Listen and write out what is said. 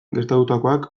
gertatutakoak